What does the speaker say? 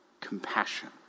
compassion